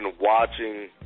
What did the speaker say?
watching